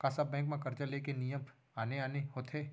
का सब बैंक म करजा ले के नियम आने आने होथे?